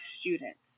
students